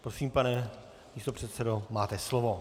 Prosím, pane místopředsedo, máte slovo.